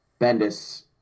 Bendis